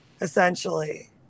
essentially